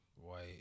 White